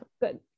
Good